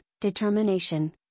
determination